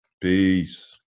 Peace